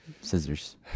scissors